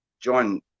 john